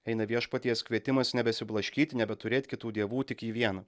eina viešpaties kvietimas nebesiblaškyti nebeturėt kitų dievų tik jį vieną